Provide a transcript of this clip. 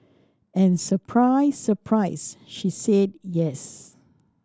and surprise surprise she said yes